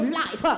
life